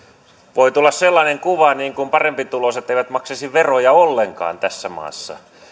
voi tulla sellainen kuva että parempituloiset eivät maksaisi veroja ollenkaan tässä maassa